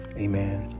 Amen